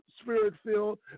spirit-filled